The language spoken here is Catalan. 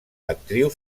actriu